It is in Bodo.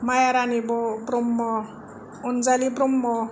माया रानि ब्रह्म अनजालि ब्रह्म